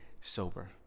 sober